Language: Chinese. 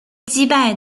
击败